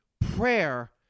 prayer